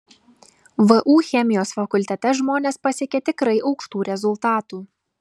vu chemijos fakultete žmonės pasiekė tikrai aukštų rezultatų